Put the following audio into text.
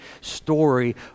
story